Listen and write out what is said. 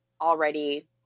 already